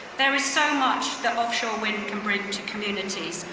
there is so much that offshore wind can bring to communities,